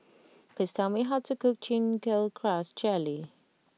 please tell me how to cook Chin Chow Grass Jelly